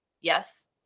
Yes